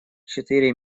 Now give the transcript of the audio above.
четыре